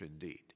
indeed